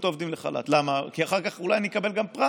עו"ד אפרת חקאק ועו"ד ארבל